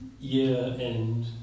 year-end